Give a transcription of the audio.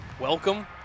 Welcome